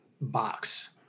box